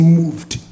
moved